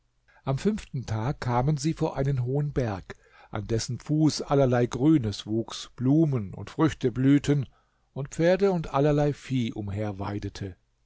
am fünften tag kamen sie vor einen hohen berg an dessen fuß allerlei grünes wuchs blumen und früchte blühten und pferde und allerlei vieh